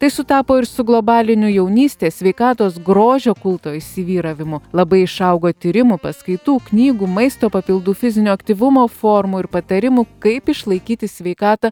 tai sutapo ir su globaliniu jaunystės sveikatos grožio kulto įsivyravimu labai išaugo tyrimų paskaitų knygų maisto papildų fizinio aktyvumo formų ir patarimų kaip išlaikyti sveikatą